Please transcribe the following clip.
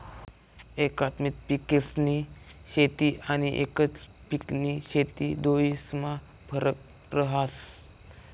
एकात्मिक पिकेस्नी शेती आनी एकच पिकनी शेती दोन्हीस्मा फरक रहास